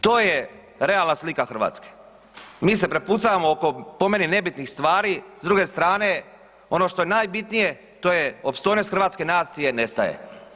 To je realna slika Hrvatske, mi se prepucavamo oko po meni nebitnih stvari, s druge strane ono što je najbitnije to je opstojnost hrvatske nacije, nestaje.